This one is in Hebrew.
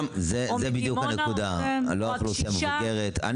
זאת בדיוק הנקודה, על האוכלוסייה המבוגרת.